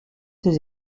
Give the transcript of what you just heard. ses